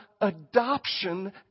adoption